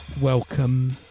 welcome